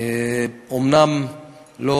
אומנם לא